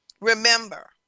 Remember